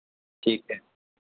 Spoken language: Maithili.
ठीक छै